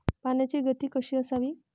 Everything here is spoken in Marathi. पाण्याची गती कशी असावी?